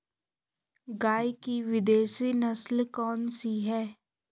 गाय की विदेशी नस्ल कौन सी है?